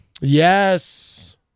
Yes